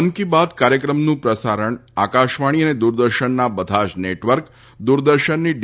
મન કી બાત કાર્યક્રમનું પ્રસારણ આકાશવાણી અને દૂરદર્શનના બધા જ નેટવર્ક દૂરદર્શનની ડી